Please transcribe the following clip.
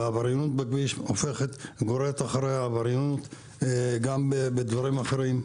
והעבריינות בכביש גוררת אחריה עבריינות גם בדברים אחרים.